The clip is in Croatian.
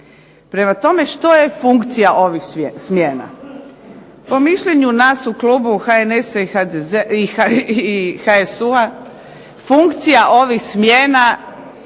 Prema tome što je funkcija ovih smjena? Po mišljenju nas u klubu HNS-a i HSU-a funkcija ovih smjena